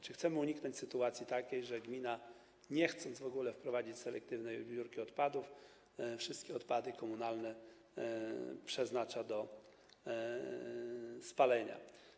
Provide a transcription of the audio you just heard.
Chcemy uniknąć takiej sytuacji, że gmina, nie chcąc w ogóle wprowadzić selektywnej zbiórki odpadów, wszystkie odpady komunalne przeznacza do spalenia.